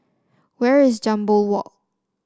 where is Jambol Walk